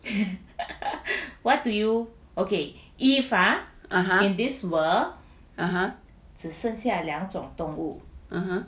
(uh huh) (uh huh)